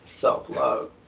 self-love